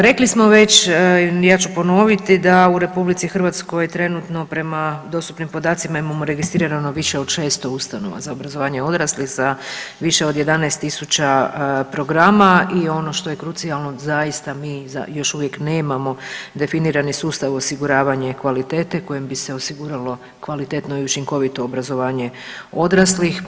Rekli smo već, ja ću ponoviti da u RH trenutno prema dostupnim podacima imamo registrirano više od 600 ustanova za obrazovanje odraslih za više od 11.000 programa i ono što je krucijalno zaista mi za još uvijek nemamo definirani sustav osiguravanje kvalitete kojim bi se osiguralo kvalitetno i učinkovito obrazovanje odraslih.